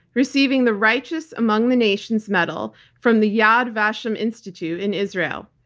receiving the righteous among the nations medal from the yad vashem institute in israel.